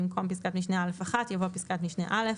במקום פסקת משנה א1 יבוא פסקת משנה א.